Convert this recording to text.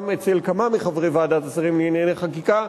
גם אצל כמה מחברי ועדת השרים לענייני חקיקה.